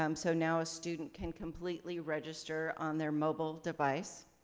um so now a student can completely register on their mobile device.